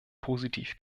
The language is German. positiv